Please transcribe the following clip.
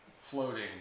floating